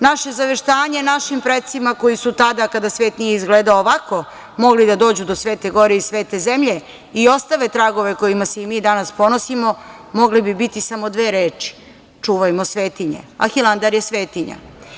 Naše zaveštanje našim precima koji su tada kada svet nije izgledao ovako, mogli da dođu do Svete Gore i svete zemlje i ostave tragove kojima se i mi danas ponosimo, mogli bi biti samo dve reči – čuvajmo svetinje, a Hilandar je svetinja.